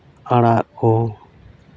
ᱟᱲᱟᱜ ᱠᱚ